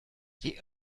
die